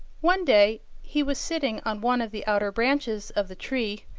one day he was sitting on one of the outer branches of the tree,